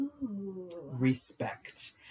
Respect